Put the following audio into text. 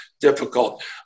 difficult